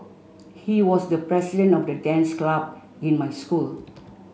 he was the president of the dance club in my school